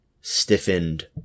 stiffened